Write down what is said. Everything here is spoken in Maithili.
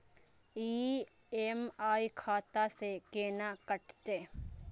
ई.एम.आई खाता से केना कटते?